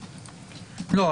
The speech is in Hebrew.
לא.